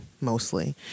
mostly